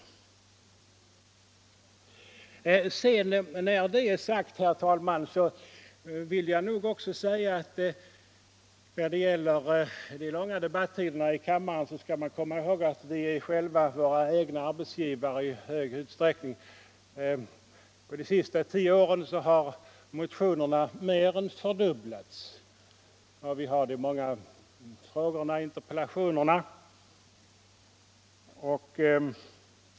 Sedan detta är sagt, herr talman, vill jag också understryka att när det gäller de långa debattiderna i kammaren så skall vi komma ihåg att vi själva i stor utsträckning är våra egna arbetsgivare. Under de senaste tio åren har antalet motioner mer än fördubblats, och vi har de många frågorna och interpellationerna.